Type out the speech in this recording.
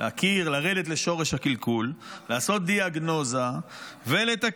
להכיר ולרדת לשורש הקלקול, לעשות דיאגנוזה ולתקן.